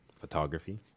photography